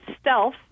stealth